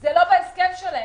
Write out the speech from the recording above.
זה לא בהסכם שלהן.